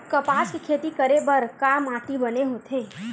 कपास के खेती करे बर का माटी बने होथे?